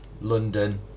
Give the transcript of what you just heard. London